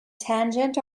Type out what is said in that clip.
tangent